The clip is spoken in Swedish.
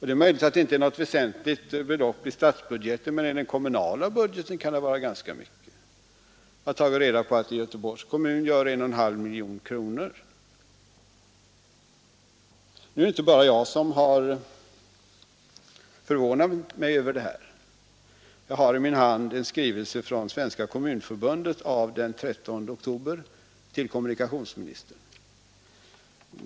Det är möjligt att det inte är något väsentligt belopp i statsbudgeten, men i den kommunala budgeten kan det vara ganska mycket. Jag har tagit reda på att det i Göteborgs kommun gör ca 1,5 miljoner kronor. Det är inte bara jag som har förvånat mig över detta. Jag har i min hand en skrivelse från Svenska kommunförbundet av den 13 oktober till kommunikationsministern.